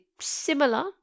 similar